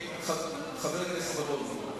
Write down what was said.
חבר הכנסת בר-און,